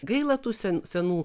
gaila tų senų senų